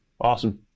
Awesome